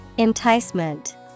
Enticement